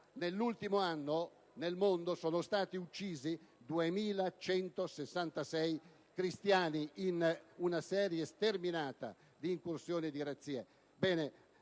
Nell'ultimo anno, nel mondo sono stati uccisi 2.166 cristiani, in una serie sterminata di incursioni e razzie.